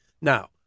Now